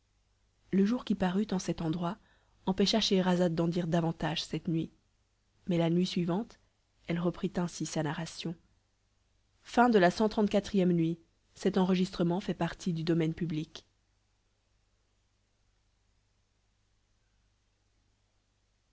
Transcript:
le jour qui parut en cet endroit empêcha scheherazade d'en dire davantage cette nuit mais la nuit suivante elle reprit ainsi sa narration cxxxv nuit